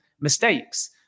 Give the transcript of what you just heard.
mistakes